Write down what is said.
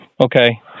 Okay